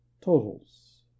Totals